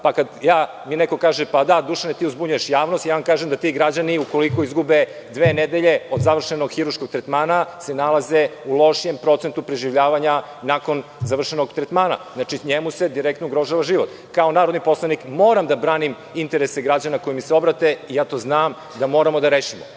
pa kada mi neko kaže – da, Dušane, ti zbunjuješ javnost, ja vam kažem da ti građani, ukoliko izgube dve nedelje od završenog hirurškog tretmana, se nalaze u lošijem procentu preživljavanja nakon završenog tretmana. Njemu se direktno ugrožava život. Kao narodni poslanik moram da branim interese građana koji mi se obrate i ja to znam da moramo da rešimo.